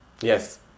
Yes